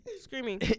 screaming